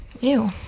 Ew